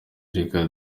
reka